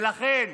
ולכן,